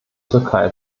türkei